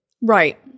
Right